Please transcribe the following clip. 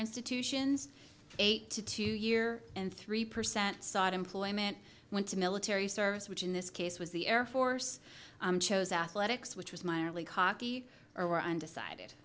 institutions eight to two year and three percent sought employment went to military service which in this case was the air force chose athletics which was minor league hockey or were undecided